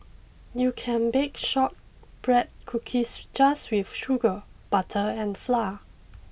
you can bake shortbread cookies just with sugar butter and flour